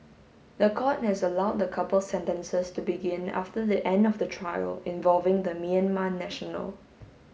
the court has allowed the couple's sentences to begin after the end of the trial involving the Myanmar national